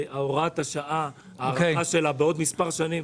שהארכת הוראת השעה בעוד מספר שנים,